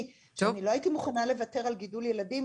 שאני לא הייתי מוכנה לוותר על גידול ילדים